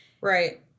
Right